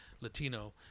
Latino